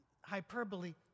Hyperbole